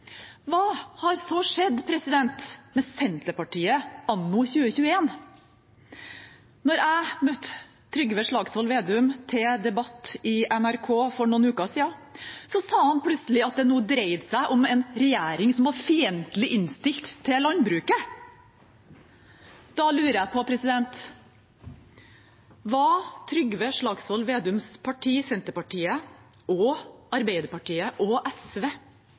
Hva har så skjedd med Senterpartiet anno 2021? Da jeg møtte Trygve Slagsvold Vedum til debatt i NRK for noen uker siden, sa han plutselig at det nå dreide seg om en regjering som var fiendtlig innstilt til landbruket. Da lurer jeg på: Var Trygve Slagsvold Vedums parti, Senterpartiet, og Arbeiderpartiet og SV